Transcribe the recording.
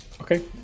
Okay